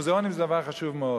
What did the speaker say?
שמוזיאונים זה דבר חשוב מאוד,